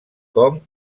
com